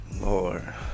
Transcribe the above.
Lord